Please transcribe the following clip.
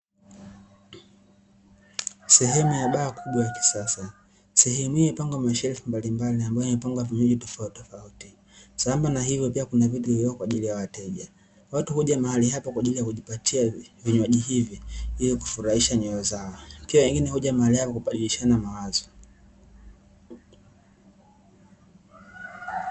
Sehemu ya baa kubwa ya kisasa ,sehemu hii imepangwa mashelufu mbalimbali ambayo yamepangwa vinywaji tofauti tofauti, samba na hivyo pia kuna vitu vilivyo kwa ajili ya wateja watu huja mahali hapa kwa ajili ya kujipatia vyinywaji hivyo ili kufurahisha nyoyo zao, pia wengine huja mahali hapa kubadilishana mawazo.